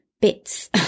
bits